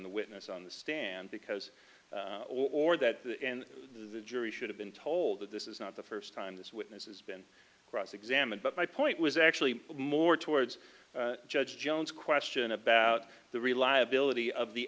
the witness on the stand because or that the jury should have been told that this is not the first time this witness has been cross examined but my point was actually more towards judge jones question about the reliability of the